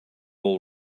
all